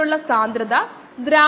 69 അല്ലെങ്കിൽ 40